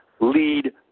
lead